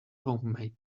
homemade